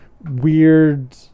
weird